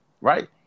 Right